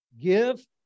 Give